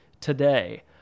today